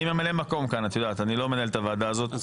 אני ממלא מקום כאן, אני לא מנהל את הוועדה הזאת.